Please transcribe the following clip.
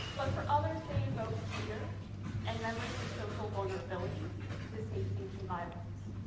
but for others, they invoke fear and memories of social vulnerability to state-sanctioned violence.